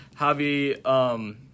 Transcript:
Javi